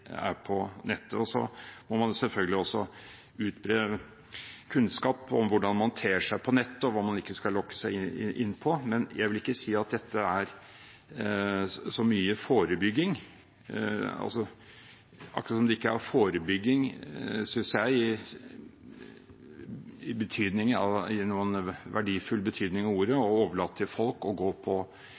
er på nettet. Man må selvfølgelig også utbre kunnskap om hvordan man ter seg på nettet, og om hva man ikke skal la seg lokke inn på. Men jeg vil ikke si at dette er så mye forebygging – akkurat som det ikke er forebygging, synes jeg, i en verdifull betydning av ordet, å overlate til folk å gå på